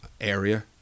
area